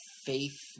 faith